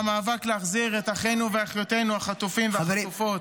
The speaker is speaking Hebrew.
במאבק להחזיר את אחינו ואחיותינו החטופים והחטופות,